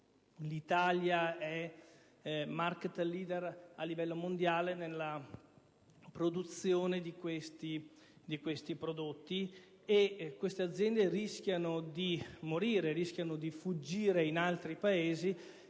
(l'Italia è *market leader* a livello mondiale nella produzione di questi prodotti). Ebbene, queste aziende rischiano di fallire o di fuggire in altri Paesi